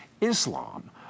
Islam